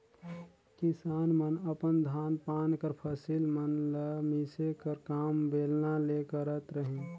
किसान मन अपन धान पान कर फसिल मन ल मिसे कर काम बेलना ले करत रहिन